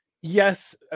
yes